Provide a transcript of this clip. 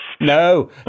No